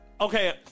Okay